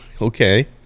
okay